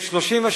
אדוני היושב-ראש,